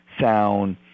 sound